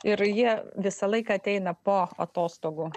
ir jie visą laiką ateina po atostogų